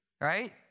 right